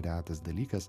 retas dalykas